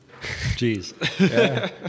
Jeez